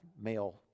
male